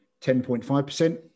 10.5%